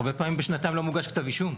הרבה פעמים בשנתיים לא מוגש כתב אישום.